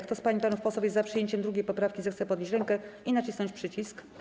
Kto z pań i panów posłów jest za przyjęciem 2. poprawki, zechce podnieść rękę i nacisnąć przycisk.